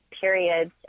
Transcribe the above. periods